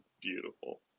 Beautiful